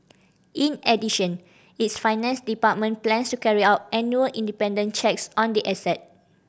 in addition its finance department plans to carry out annual independent checks on the asset